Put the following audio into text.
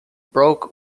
broke